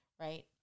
right